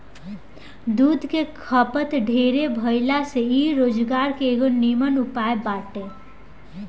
दूध के खपत ढेरे भाइला से इ रोजगार के एगो निमन उपाय बाटे